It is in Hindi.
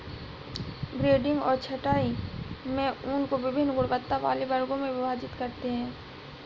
ग्रेडिंग और छँटाई में ऊन को वभिन्न गुणवत्ता वाले वर्गों में विभाजित करते हैं